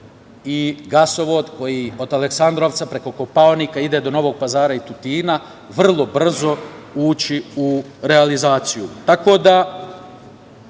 i gasovod koji od Aleksandrovca, preko Kopaonika ide do Novog Pazara i Tutina, vrlo brzo ući u realizaciju. Tako